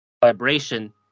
vibration